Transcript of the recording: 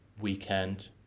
weekend